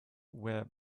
were